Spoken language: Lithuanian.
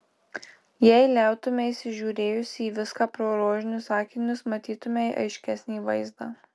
jei liautumeisi žiūrėjusi į viską pro rožinius akinius matytumei aiškesnį vaizdą